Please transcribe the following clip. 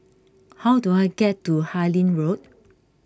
how do I get to Harlyn Road